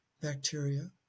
bacteria